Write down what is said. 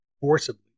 forcibly